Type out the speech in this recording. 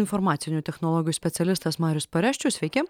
informacinių technologijų specialistas marius pareščius sveiki